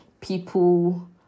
people